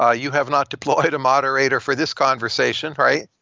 ah you have not deployed a moderator for this conversation, right?